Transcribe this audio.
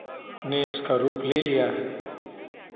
ने उसका रूप ले लिया है